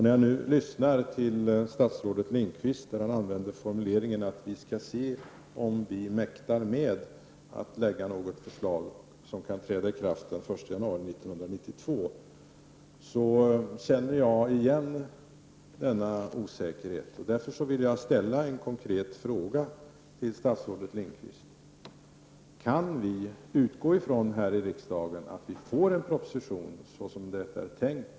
När jag nu lyssnade till statsrådet Lindqvist använde han formuleringen att man skall se om man mäktar med att lägga fram något förslag som kan träda i kraft den 1 januari 1992. Jag känner igen denna osäkerhet. Därför vill jag ställa en konkret fråga till statsrådet Lindqvist. Kan vi här i riksdagen utgå från att det läggs fram en proposition i maj, som det var tänkt?